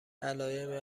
علائم